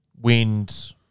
wind